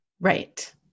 Right